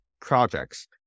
projects